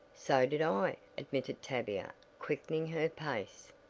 so did i, admitted tavia, quickening her pace.